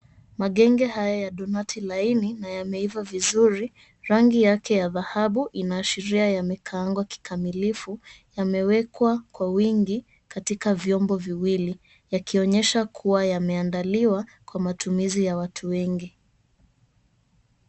Magenge haya ya donati laini na yameiva vizuri rangi yake ya dhahabu inaashiria yamekaangwa kikamilifu. Yamewekwa kwa wingi katika vyombo viwili yakionyesha kuwa yameandaliwa kwa matumizi ya watu wengi.